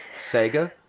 Sega